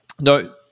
No